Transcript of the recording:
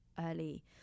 early